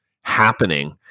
happening